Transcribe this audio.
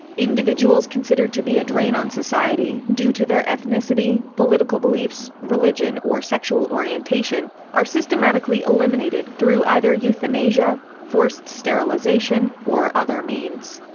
individuals considered to be a drain on society due to their ethnicity, political beliefs, religion or sexual orientation are systematically eliminated through either euthanasia, forced sterilization or other means.